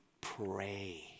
Pray